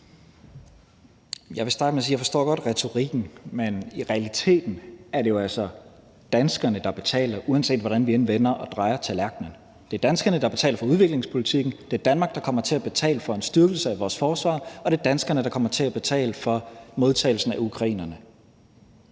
godt forstår retorikken, men i realiteten er det jo altså danskerne, der betaler, uanset hvordan vi end vender og drejer tallerkenen. Det er danskerne, der betaler for udviklingspolitikken; det er Danmark, der kommer til at betale for en styrkelse af vores forsvar; og det er danskerne, der kommer til at betale for modtagelsen af ukrainerne.